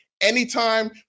Anytime